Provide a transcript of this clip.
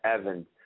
Evans